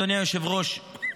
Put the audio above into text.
אדוני היושב-ראש,